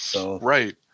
right